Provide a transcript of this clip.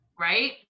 right